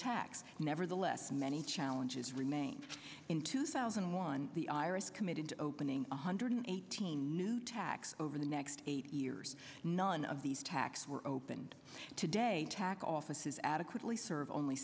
tax nevertheless many challenges remain in two thousand and one the iris committed to opening one hundred eighteen new tax over the next eight years none of these tax were opened today tac offices adequately serve only